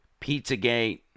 Pizzagate